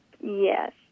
Yes